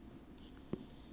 哪里懂 lah